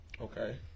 Okay